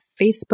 Facebook